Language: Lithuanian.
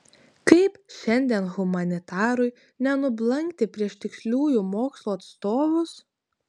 kaip šiandien humanitarui nenublankti prieš tiksliųjų mokslų atstovus